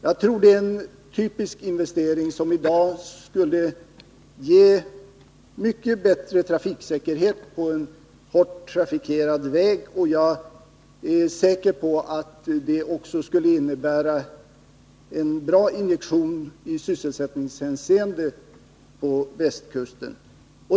Jag tror det är en typisk investering, som i dag skulle ge mycket bättre trafiksäkerhet på en hårt trafikerad väg. Jag är också säker på att det skulle innebära en bra injektion i sysselsättningshänseende på västkusten.